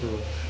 too